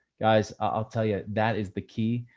guys. i'll tell you that is the key.